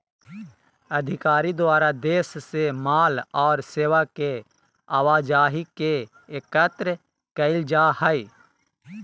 अधिकारी द्वारा देश से माल और सेवा के आवाजाही ले एकत्र कइल जा हइ